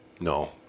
No